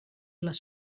les